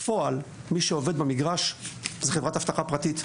בפועל מי שעובד במגרש זה חברת אבטחה פרטית.